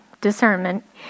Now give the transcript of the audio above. discernment